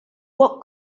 what